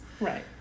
Right